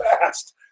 fast